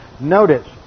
Notice